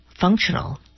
functional